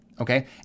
Okay